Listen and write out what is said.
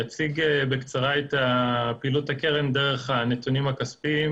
אציג בקצרה את פעילות הקרן דרך הנתונים הכספיים